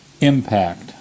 impact